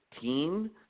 team